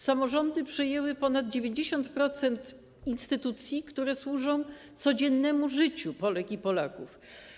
Samorządy przejęły ponad 90% instytucji, które służą codziennemu życiu Polek i Polaków.